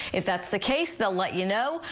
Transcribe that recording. if that's the case, they'll let you know.